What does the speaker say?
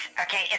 Okay